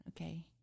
Okay